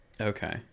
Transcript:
Okay